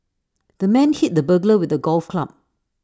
the man hit the burglar with A golf club